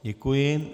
Děkuji.